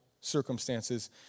circumstances